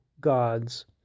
gods